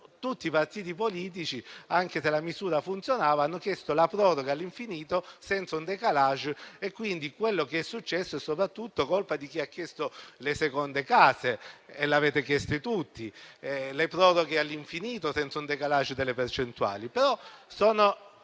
tutti i partiti politici, anche se la misura funzionava, hanno chiesto la proroga all'infinito senza un *décalage*. Quello che è successo, quindi, è soprattutto colpa di chi ha chiesto le seconde case e le avete chieste tutti, delle proroghe all'infinito senza un *décalage* delle percentuali.